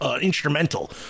instrumental